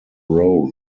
role